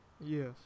Yes